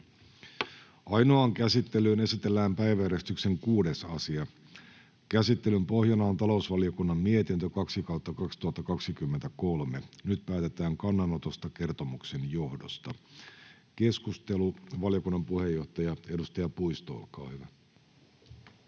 Ainoaan käsittelyyn esitellään päiväjärjestyksen 6. asia. Käsittelyn pohjana on talousvaliokunnan mietintö TaVM 2/2023 vp. Nyt päätetään kannanotosta kertomuksen johdosta. — Keskustelu, valiokunnan puheenjohtaja, edustaja Puisto, olkaa hyvä.